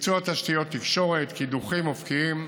ביצוע תשתיות תקשורת, קידוחים אופקיים,